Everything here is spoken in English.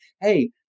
hey